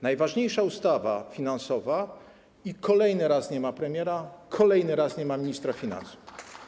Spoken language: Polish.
Najważniejsza ustawa finansowa i kolejny raz nie ma premiera, kolejny raz nie ma ministra finansów.